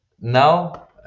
now